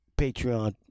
Patreon